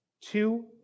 Two